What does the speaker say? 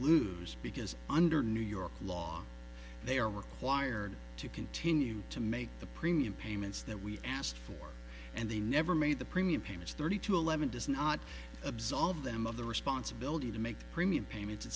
lose because under new york law they are required to continue to make the premium payments that we asked for and they never made the premium payments thirty two eleven does not absolve them of the responsibility to make premium payments